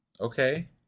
Okay